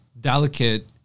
delicate